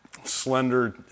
slender